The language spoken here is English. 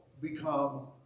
become